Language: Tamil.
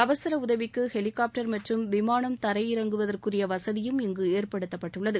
அவசர உதவிக்கு ஹெலிகாப்டர் மற்றும் விமானம் தரையில் இறங்குவதற்குரிய வசதியும் இங்கு ஏற்படுத்தப்பட்டுள்ளது